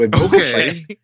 Okay